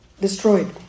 Destroyed